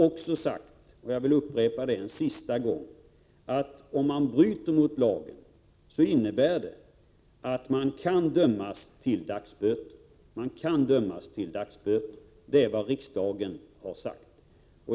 Om man bryter mot lagen, innebär det att man kan dömas till dagsböter. Det är vad riksdagen har sagt.